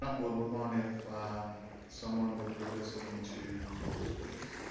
um we'll move on if someone would read us into closed please